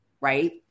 right